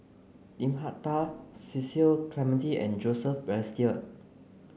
Lim Hak Tai Cecil Clementi and Joseph Balestier